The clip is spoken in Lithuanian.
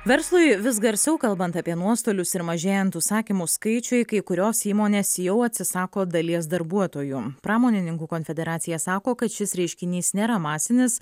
verslui vis garsiau kalbant apie nuostolius ir mažėjant užsakymų skaičiui kai kurios įmonės jau atsisako dalies darbuotojų pramonininkų konfederacija sako kad šis reiškinys nėra masinis